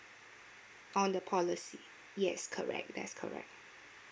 on the policy yes correct that's correct